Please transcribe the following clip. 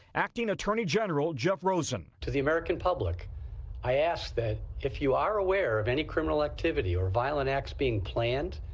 acting attorney general jeff rosen. to the american public i ask that if you are aware of any criminal activity or violent acts being planned,